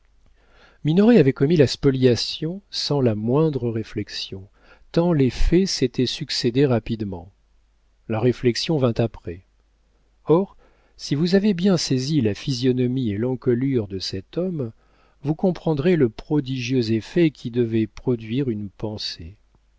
minoret avait commis la spoliation sans la moindre réflexion tant les faits s'étaient succédé rapidement la réflexion vint après or si vous avez bien saisi la physionomie et l'encolure de cet homme vous comprendrez le prodigieux effet qu'y devait produire une pensée